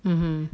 mmhmm